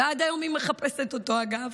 ועד היום היא מחפשת אותו, אגב.